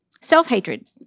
Self-hatred